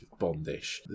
Bondish